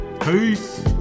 Peace